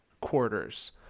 quarters